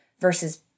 versus